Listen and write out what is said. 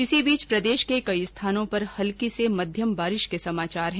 इस बीच प्रदेश के कई स्थानों पर हल्की से मध्यम बारिश के समाचार है